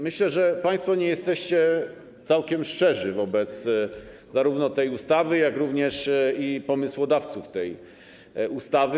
Myślę, że państwo nie jesteście całkiem szczerzy wobec zarówno tej ustawy, jak i pomysłodawców tej ustawy.